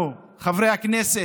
אנחנו, חברי הכנסת,